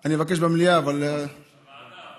אני מבקש במליאה, אבל, בוועדה.